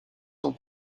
sont